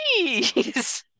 Jeez